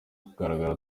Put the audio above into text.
kugaragara